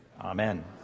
Amen